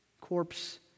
corpse